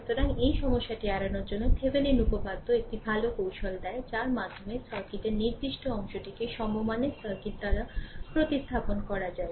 সুতরাং এই সমস্যাটি এড়ানোর জন্য Thevenin উপপাদ্য একটি ভাল কৌশল দেয় যার মাধ্যমে সার্কিটের নির্দিষ্ট অংশটিকে সমমানের সার্কিট দ্বারা প্রতিস্থাপন করা যায়